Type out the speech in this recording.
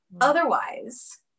Otherwise